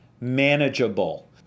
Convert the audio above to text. manageable